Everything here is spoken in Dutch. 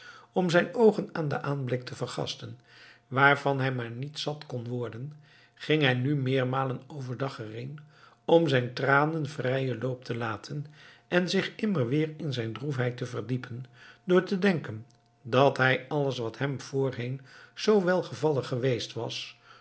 om zijn oogen aan den aanblik te vergasten waarvan hij maar niet zat kon worden ging hij nu meermalen overdag erheen om zijn tranen vrijen loop te laten en zich immer weer in zijn droefheid te verdiepen door te denken dat hij alles wat hem voorheen zoo welgevallig geweest was